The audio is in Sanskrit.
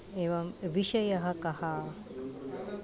एवं विषयः कः